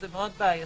זה מאוד בעייתי.